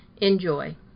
Enjoy